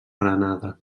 granada